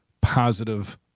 positive